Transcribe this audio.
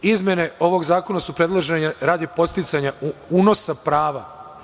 Izmene ovog zakona su predložene radi podsticanja unosa prava.